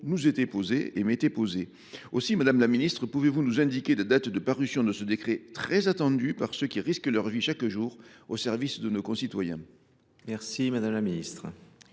fois posée, à moi compris ! Aussi, madame la ministre, pouvez vous nous indiquer la date de parution de ce décret, très attendu par ceux qui risquent leur vie chaque jour au service de nos concitoyens ?